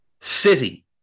City